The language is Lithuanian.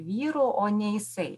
vyru o ne jisai